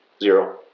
Zero